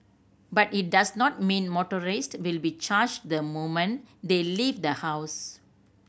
but it does not mean motorists will be charged the moment they leave the house